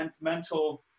mental